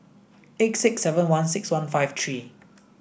eight six seven one six one five three